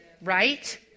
Right